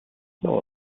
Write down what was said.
still